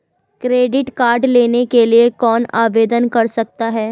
Credit card लेने के लिए कौन आवेदन कर सकता है?